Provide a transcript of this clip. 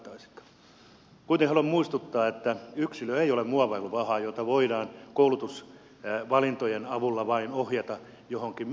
kuitenkin haluan muistuttaa että yksilö ei ole muovailuvahaa jota voidaan koulutusvalintojen avulla vain ohjata johonkin